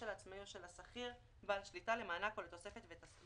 תביעה למענק סיוע